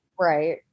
Right